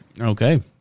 Okay